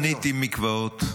בניתי מקוואות,